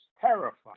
terrified